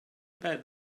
about